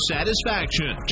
Satisfaction